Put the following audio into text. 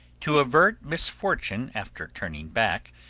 to avert misfortune after turning back,